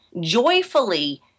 joyfully